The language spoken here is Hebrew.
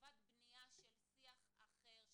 לטובת בנייה של שיח אחר,